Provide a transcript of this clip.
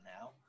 now